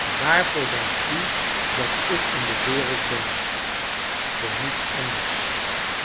waarvoor denkt u dat ik in de wereld ben voor niets anders